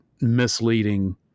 misleading